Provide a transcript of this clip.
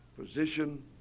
position